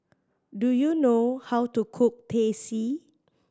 do you know how to cook Teh C